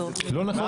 לא נכון.